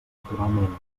naturalment